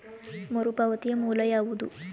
ಮರುಪಾವತಿಯ ಮೂಲ ಯಾವುದು?